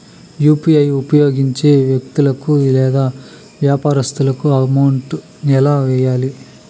UPI ఉపయోగించి వ్యక్తులకు లేదా వ్యాపారస్తులకు అమౌంట్ ఎలా వెయ్యాలి